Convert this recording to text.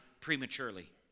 prematurely